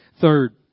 Third